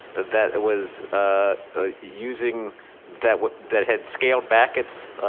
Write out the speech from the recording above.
that it was ah using that that had scaled back its